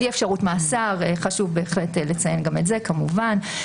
בלי אפשרות מאסר חשוב בהחלט לציין גם את זה כמובן.